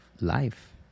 life